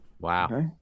Wow